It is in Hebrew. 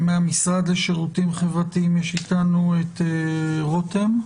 מהמשרד לשירותים חברתיים יש איתנו את רותם,